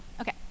Okay